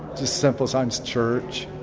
just simple signs, church.